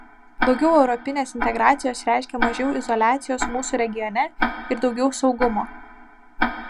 daugiau europinės integracijos reiškia mažiau izoliacijos mūsų regione ir daugiau saugumo